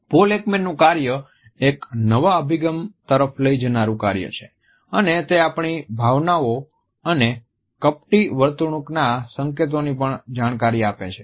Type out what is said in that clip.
Paul એકમેનનું કાર્ય એક નવા અભિગમ તરફ લઈ જનારું કાર્ય છે અને તે આપણી ભાવનાઓ અને કપટી વર્તણૂકના સંકેતોની પણ જાણકારી આપે છે